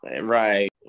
Right